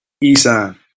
Isan